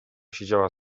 siedziała